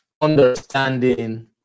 understanding